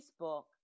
Facebook